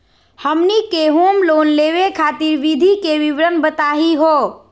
हमनी के home loan लेवे खातीर विधि के विवरण बताही हो?